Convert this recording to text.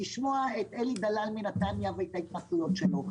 לשמוע את אלי דלל מנתניה ואת ההתנסויות שלו,